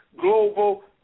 Global